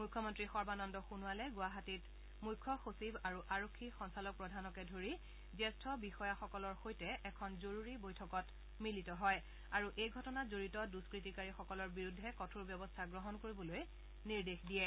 মুখ্যমন্ত্ৰী সৰ্বানন্দ সোণোৱালে গুৱাহাটীত মুখ্য সচিব আৰু আৰক্ষী সঞ্চালকপ্ৰধানকে ধৰি জ্যেষ্ঠ বিষয়াসকলৰ সৈতে এখন জৰুৰী বৈঠকত মিলিত হয় আৰু এই ঘটনাত জড়িত দুষ্কৃতিকাৰীসকলৰ বিৰুদ্ধে কঠোৰ ব্যৱস্থা গ্ৰহণ কৰিবলৈ নিৰ্দেশ দিয়ে